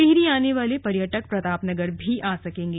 टिहरी आने वाले पर्यटक प्रतापनगर भी आ सकेंगे